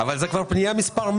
מה זה המשטרה ובתי סוהר?